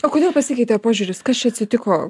o kodėl pasikeitė požiūris kas čia atsitiko